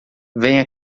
venha